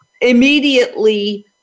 immediately